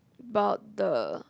but the